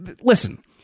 listen